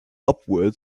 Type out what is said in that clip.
upward